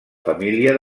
família